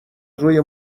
روی